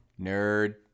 Nerd